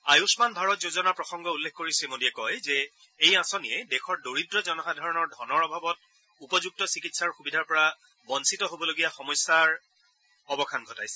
আয়ুষ্মান ভাৰত যোজনাৰ প্ৰসংগ উল্লেখ কৰি শ্ৰীমোদীয়ে কয় যে এই আঁচনিয়ে দেশৰ দৰিদ্ৰ জনসাধাৰণৰ ধনৰ অভাৱত উপযুক্ত চিকিৎসাৰ সুবিধাৰ পৰা বঞ্চিত হ'বলগীয়া হোৱা সমস্যাৰ অৱসান ঘটাইছে